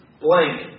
blank